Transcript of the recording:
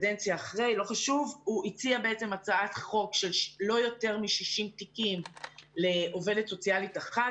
- הציע הצעת חוק של יותר מ-60 תיקים לעובדת סוציאלית אחת.